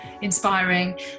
inspiring